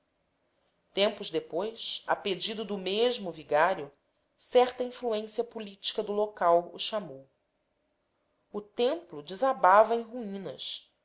tempos depois a pedido do mesmo vigário certa influência política do local o chamou o templo desabava em ruínas